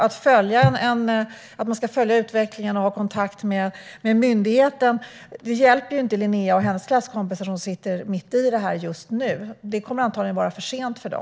Att man ska följa utvecklingen och ha kontakt med myndigheten hjälper inte Linnea och hennes klasskompisar, som sitter mitt i detta just nu. Det kommer antagligen att vara för sent för dem.